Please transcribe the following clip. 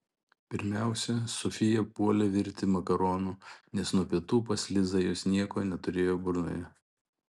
pirmiausia sofija puolė virti makaronų nes nuo pietų pas lizą jos nieko neturėjo burnoje